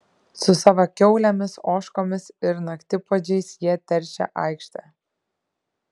su savo kiaulėmis ožkomis ir naktipuodžiais jie teršia aikštę